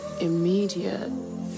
immediate